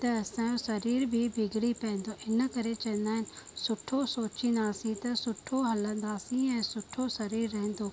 त असांजो शरीर बि बिगड़ी पवंदो इन करे चवंदा आहिनि सुठो सोचंदासीं त सुठो हलंदासीं ऐं सुठो शरीरु रहंदो